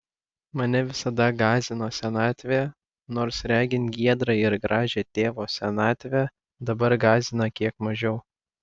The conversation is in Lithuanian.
mane visada gąsdino senatvė nors regint giedrą ir gražią tėvo senatvę dabar gąsdina kiek mažiau